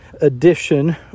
edition